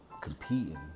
competing